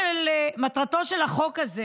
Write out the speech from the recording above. מטרתו של החוק הזה